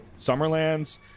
Summerlands